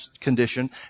condition